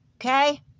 okay